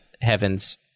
Heavens